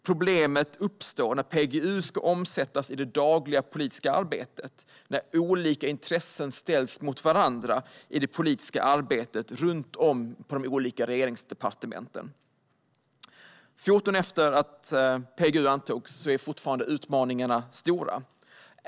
Problemet uppstår när PGU ska omsättas i det dagliga politiska arbetet och när olika intressen ställs mot varandra i det politiska arbetet runt om på de olika regeringsdepartementen. 14 år efter det att PGU antogs är utmaningarna fortfarande stora.